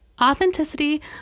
Authenticity